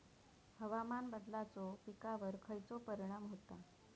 हवामान बदलाचो पिकावर खयचो परिणाम होता?